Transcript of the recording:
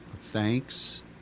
thanks